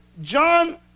John